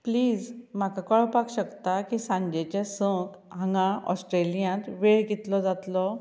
please म्हाका कळपाक शकता की सांजेचे संक हांगां ऑस्ट्रेलियेंत वेळ कितलो जातलो